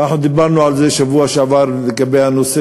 ואנחנו דיברנו על זה בשבוע שעבר לגבי הנושא